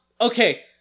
Okay